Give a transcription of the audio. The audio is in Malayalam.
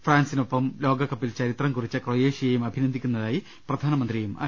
ഫ്രാൻസിനൊപ്പം ലോകകപ്പിൽ ചരിത്രം കുറിച്ച ക്രൊയേഷ്യയെയും അഭിനന്ദിക്കുന്നതായി പ്രധാനമന്ത്രി അറിയിച്ചു